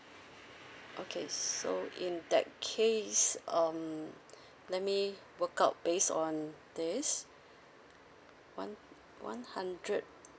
okay so in that case um let me work out based on this one one hundred